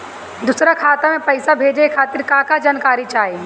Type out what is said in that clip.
दूसर खाता में पईसा भेजे के खातिर का का जानकारी चाहि?